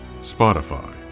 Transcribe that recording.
Spotify